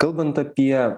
kalbant apie